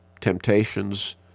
temptations